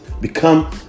Become